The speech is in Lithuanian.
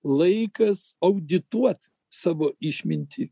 laikas audituoti savo išmintį